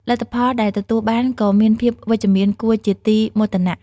លទ្ធផលដែលទទួលបានក៏មានភាពវិជ្ជមានគួរជាទីមោទនៈ។